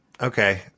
okay